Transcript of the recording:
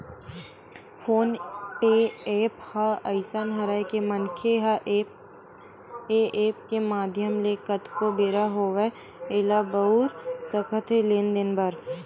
phone पे app ह अइसन हरय के मनखे ह ऐ ऐप के माधियम ले कतको बेरा होवय ऐला बउर सकत हे लेन देन बर